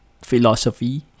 philosophy